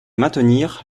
maintenir